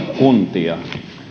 kuntia